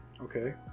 Okay